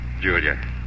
Julia